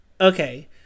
okay